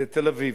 לתל-אביב.